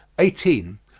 eighteen.